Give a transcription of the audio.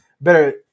better